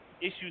issues